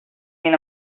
been